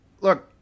look